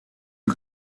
you